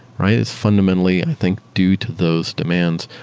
right? is fundamentally i think due to those demands.